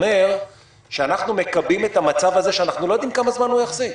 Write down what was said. אומר שאנחנו מקבעים את המצב הזה שאנחנו לא יודעים כמה זמן הוא יחזיק.